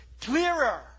clearer